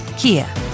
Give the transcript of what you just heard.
Kia